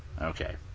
Okay